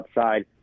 outside